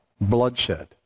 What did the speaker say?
bloodshed